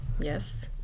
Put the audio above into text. yes